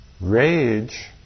rage